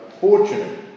fortunate